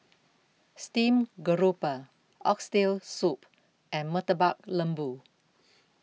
Steamed Garoupa Oxtail Soup and Murtabak Lembu